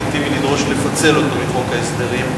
אולי לגיטימי לדרוש לפצל אותו מחוק ההסדרים,